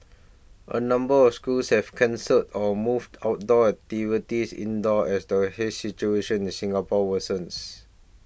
a number of schools have cancelled or moved outdoor activities indoors as the haze situation in Singapore worsens